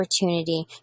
opportunity